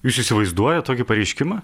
jūs įsivaizduojat tokį pareiškimą